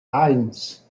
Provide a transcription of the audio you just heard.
eins